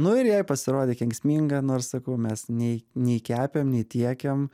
nu ir jai pasirodė kenksminga nors sakau mes nei nei kepėm nei tiekėm